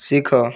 ଶିଖ